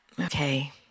okay